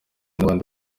nabandi